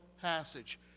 passage